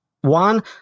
one